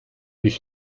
ich